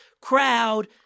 crowd